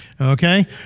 Okay